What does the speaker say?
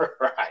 right